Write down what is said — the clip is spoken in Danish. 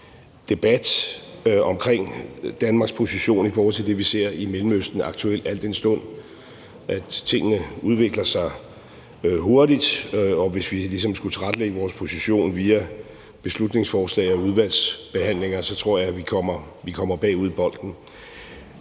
debat omkring Danmarks position i forhold til det, som vi ser i Mellemøsten aktuelt, al den stund at tingene udvikler sig hurtigt, og at jeg, hvis vi ligesom skulle tilrettelægge vores position via beslutningsforslag og udvalgsbehandlinger, så tror, vi kommer bagud i forhold